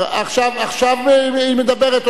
עכשיו היא מדברת.